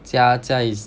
家家 is